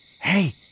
Hey